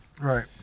Right